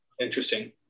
Interesting